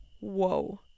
whoa